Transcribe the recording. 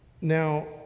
Now